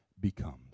becomes